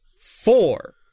Four